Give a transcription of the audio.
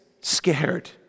scared